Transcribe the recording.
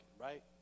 right